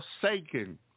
forsaken